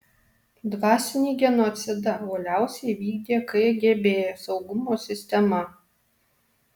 dvasinį genocidą uoliausiai vykdė kgb saugumo sistema